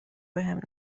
بهم